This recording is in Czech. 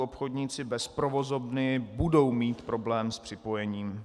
Obchodníci bez provozovny budou mít problém s připojením.